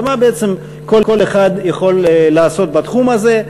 אלא מה בעצם כל אחד יכול לעשות בתחום הזה.